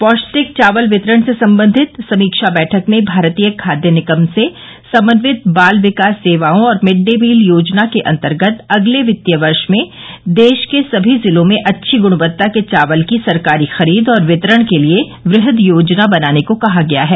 पौष्टिक चावल वितरण से संबंधित समीक्षा बैठक में भारतीय खाद्य निगम से समन्वित बाल विकास सेवाओं और मिड डे मील योजना के अन्तर्गत अगले वित्त वर्ष में देश के सभी जिलों में अच्छी गुणवत्ता के चावल की सरकारी खरीद और वितरण के लिए वृहद योजना बनाने को कहा गया है